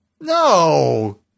No